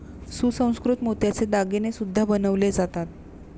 सुसंस्कृत मोत्याचे दागिने सुद्धा बनवले जातात